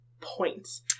Points